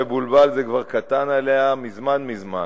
"יובל המבולבל" זה כבר קטן עליה מזמן מזמן.